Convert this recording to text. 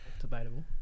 Debatable